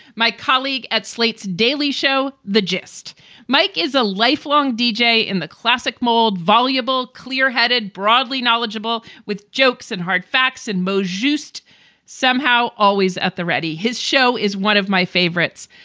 my colleague at slate's daily show, the gist mike is a lifelong deejay in the classic mold, voluble, clear headed, broadly knowledgeable with jokes and hard facts, and most just somehow always at the ready. his show is one of my favorites.